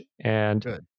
And-